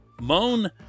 Moan